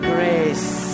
Grace